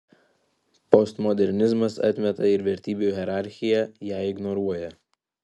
postmodernizmas atmeta ir vertybių hierarchiją ją ignoruoja